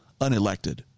unelected